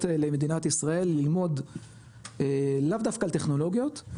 למדינת ישראל ללמוד לאו דווקא על טכנולוגיות,